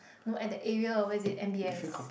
no at that area where is it M_B_S